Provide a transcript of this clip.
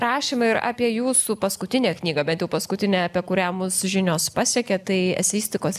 rašymą ir apie jūsų paskutinę knygą bent jau paskutinę apie kurią mus žinios pasiekė tai eseistikos